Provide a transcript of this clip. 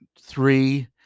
three